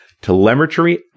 telemetry